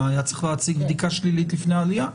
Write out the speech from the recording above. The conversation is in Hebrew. הרי צריך להציג בדיקה שלילית לפני העלייה.